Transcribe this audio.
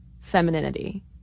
femininity